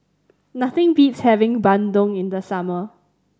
nothing beats having bandung in the summer